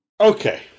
Okay